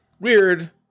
weird